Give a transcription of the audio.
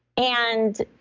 and